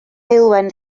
heulwen